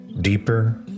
deeper